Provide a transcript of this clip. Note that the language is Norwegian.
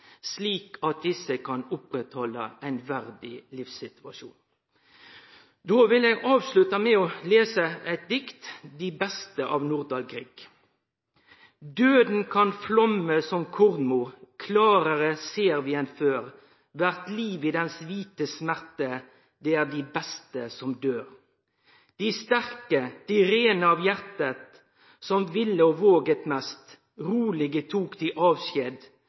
slik at desse kan halde ved lag ein verdig livssituasjon. Eg vil avslutte med å lese diktet De beste, av Nordahl Grieg: «Døden kan flamme som kornmo; klarere ser vi enn før hvert liv i dens hvite smerte: det er de beste som dør. De sterke, de rene av hjertet som ville og våget mest; rolige tok de avskjed,